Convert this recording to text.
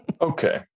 Okay